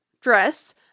dress